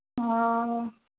और